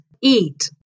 eat